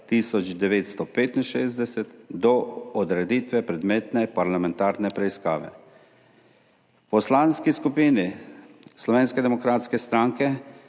1965 do odreditve predmetne parlamentarne preiskave. V Poslanski skupini Slovenske demokratske stranke